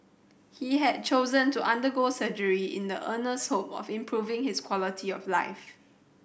he had chosen to undergo surgery in the earnest hope of improving his quality of life